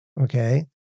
okay